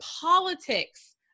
politics